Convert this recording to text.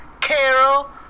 Carol